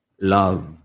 Love